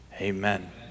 Amen